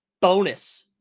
bonus